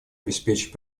обеспечить